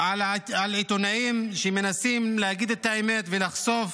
על עיתונאים שמנסים להגיד את האמת ולחשוף